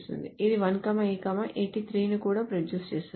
ఇది 1 A 83 ను కూడా ప్రొడ్యూస్ చేస్తుంది